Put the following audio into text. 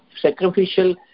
sacrificial